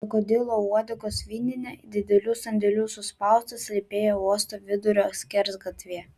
krokodilo uodegos vyninė didelių sandėlių suspausta slypėjo uosto vidurio skersgatvyje